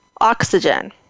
oxygen